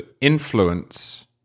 influence